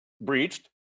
breached